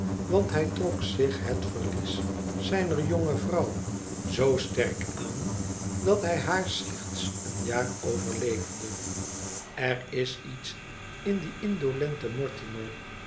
want hij trok zich bet verlies zijner jonge vrouw zoo sterk aan dat hij haar slechts een jaar overleefde er is iets in dien